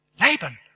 Laban